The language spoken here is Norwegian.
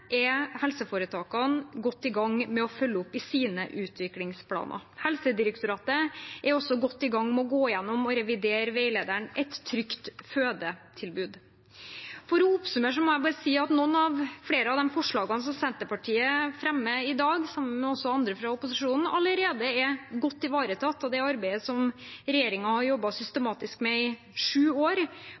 å følge opp i sine utviklingsplaner. Helsedirektoratet er også godt i gang med å gå igjennom og revidere veilederen «Et trygt fødetilbud». For å oppsummere må jeg bare si at flere av de forslagene som Senterpartiet fremmer i dag, sammen med andre fra opposisjonen, allerede er godt ivaretatt i det arbeidet som regjeringen har jobbet systematisk med i sju år,